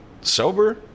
sober